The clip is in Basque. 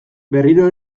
berriro